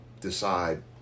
decide